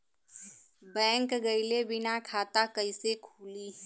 Bank गइले बिना खाता कईसे खुली?